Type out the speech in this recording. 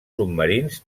submarins